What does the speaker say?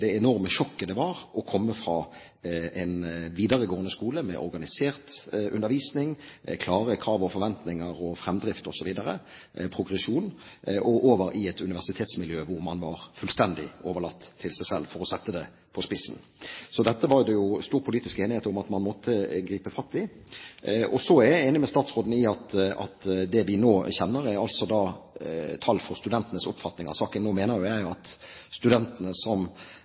det enorme sjokket det var å komme fra en videregående skole med organisert undervisning, klare krav og forventninger, fremdrift osv., progresjon, over i et universitetsmiljø der man var fullstendig overlatt til seg selv – for å sette det på spissen. Dette var det stor politisk enighet om at man måtte gripe fatt i. Så er jeg enig med statsråden i at det vi nå kjenner, er tall for studentenes oppfatning av saken. Nå mener jo jeg at studentene